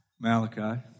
Malachi